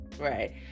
Right